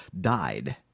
died